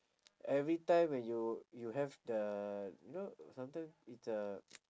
every time when you you have the you know sometime it's uh